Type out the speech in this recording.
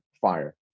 Fire